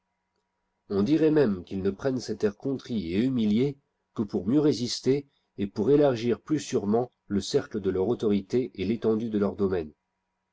on dirait môme qu'ils ne prennent cet air contrit et humilié que pour mieux résister et pour élargir plus sûrement le cercle de leur autorité et l'étendue de leurs domaines